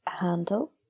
handle